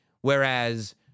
Whereas